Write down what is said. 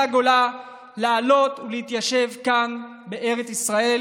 הגולה לעלות ולהתיישב כאן בארץ ישראל.